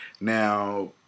Now